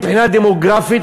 מבחינה דמוגרפית,